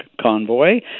convoy